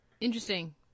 Interesting